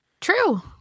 true